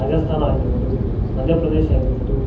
ರಾಜಸ್ತಾನ ಆಗಿರ್ಬೋದು ಮಧ್ಯಪ್ರದೇಶ ಆಗಿರ್ಬೋದು